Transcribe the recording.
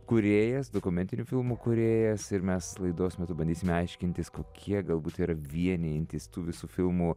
kūrėjas dokumentinių filmų kūrėjas ir mes laidos metu bandysime aiškintis kokie galbūt yra vienijantys tų visų filmų